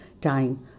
time